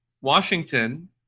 Washington